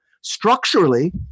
structurally